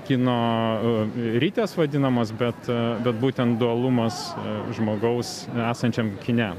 kino ritės vadinamos bet bet būtent dualumas žmogaus esančiam kine